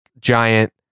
Giant